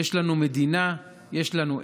יש לנו מדינה, יש לנו ארץ,